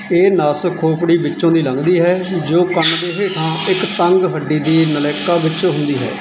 ਇਹ ਨਸ ਖੋਪੜੀ ਵਿੱਚੋਂ ਦੀ ਲੰਘਦੀ ਹੈ ਜੋ ਕੰਨ ਦੇ ਹੇਠਾਂ ਇੱਕ ਤੰਗ ਹੱਡੀ ਦੀ ਨਲਿਕਾ ਵਿੱਚ ਹੁੰਦੀ ਹੈ